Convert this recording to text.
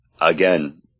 again